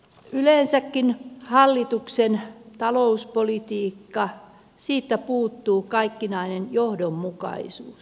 yleensäkin hallituksen talouspolitiikasta puuttuu kaikkinainen johdonmukaisuus